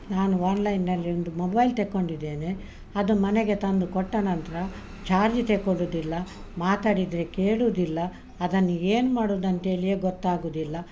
ನಾನು ಆನ್ಲೈನ್ನಲ್ಲಿ ಒಂದು ಮೊಬೈಲ್ ತೆಕೊಂಡಿದ್ದೇನೆ ಅದು ಮನೆಗೆ ತಂದು ಕೊಟ್ಟ ನಂತರ ಚಾರ್ಜ್ ತೆಕೊಡುದಿಲ್ಲ ಮಾತಾಡಿದರೆ ಕೇಳುದಿಲ್ಲ ಅದನ್ನು ಏನು ಮಾಡುದಂತೇಳಿಯೇ ಗೊತ್ತಾಗುದಿಲ್ಲ